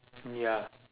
ya